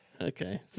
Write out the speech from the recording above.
Okay